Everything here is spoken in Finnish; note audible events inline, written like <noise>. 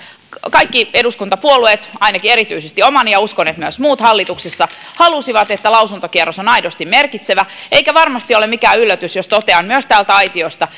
kaikki eduskuntapuolueet ainakin erityisesti omani ja uskon että myös muut hallituksessa halusivat että lausuntokierros on aidosti merkitsevä eikä varmasti ole mikään yllätys jos totean myös täältä aitiosta <unintelligible>